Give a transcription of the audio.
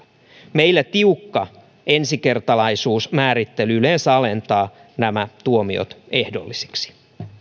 meillä tiukka ensikertalaisuusmäärittely yleensä alentaa nämä tuomiot ehdollisiksi